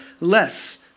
less